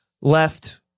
left